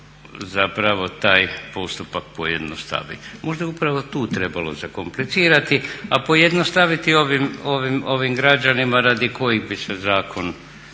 zapravo taj postupak pojednostavi? Možda je upravo tu trebalo zakomplicirati a pojednostaviti ovim građanima radi kojih bi se zakon